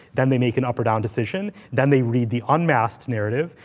then they make an upper down decision. then they read the unmasked narrative,